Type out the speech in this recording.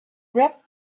wrapped